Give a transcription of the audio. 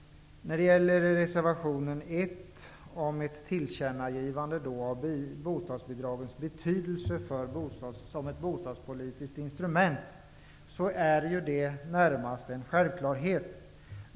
I reservation nr 1 krävs ett tillkännagivande om bostadsbidragens betydelse som bostadspolitiskt instrument. Detta är snarast en självklarhet.